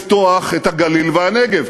לפתוח את הגליל והנגב,